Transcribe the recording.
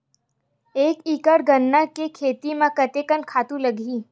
एक एकड़ गन्ना के खेती म कतका खातु लगही?